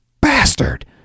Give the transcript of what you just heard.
bastard